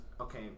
Okay